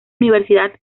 universidad